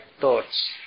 thoughts